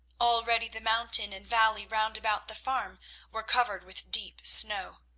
already the mountain and valley round about the farm were covered with deep snow.